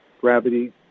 gravity